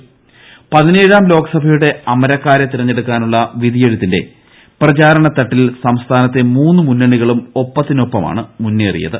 കലാശകൊട്ട് ഇൻഡ്രോ പതിനേഴാം ലോകസഭയുടെ അമരക്കാരെ തിരഞ്ഞെടുക്കാനുള്ള വിധിയെഴുത്തിന്റെ പ്രചാരണത്തട്ടിൽ സംസ്ഥാനത്തെ മുന്ന് മുന്നണികളും ഒപ്പത്തിനൊപ്പമാണ് മുന്നേറിയത്